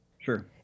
Sure